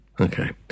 Okay